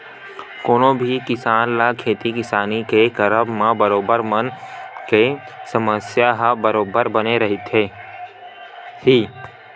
कोनो भी किसान ल खेती किसानी के करब म बरोबर बन के समस्या ह बरोबर बने रहिथे ही